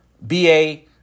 BA